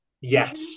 Yes